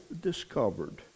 discovered